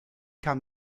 kam